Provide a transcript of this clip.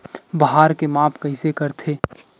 भार के माप कइसे करथे?